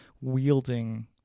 wielding